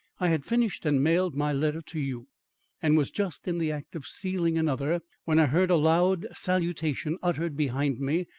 i had finished and mailed my letter to you and was just in the act of sealing another, when i heard a loud salutation uttered behind me,